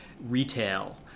retail